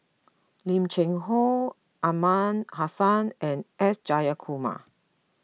Lim Cheng Hoe Aliman Hassan and S Jayakumar